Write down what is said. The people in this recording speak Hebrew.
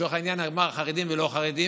לצורך העניין נאמר: חרדים ולא חרדים,